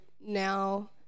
now